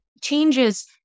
changes